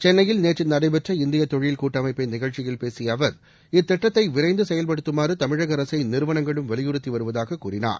சென்னையில் நேற்று நடைபெற்ற இந்திய தொழில் கூட்டமைப்பின் நிகழ்ச்சியில் பேசிய அவர் இத்திட்டத்தை விரைந்து செயல்படுத்துமாறு தமிழக அரசை நிறுவனங்களும் வலியுறுத்தி வருவதாக கூறினார்